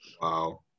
Wow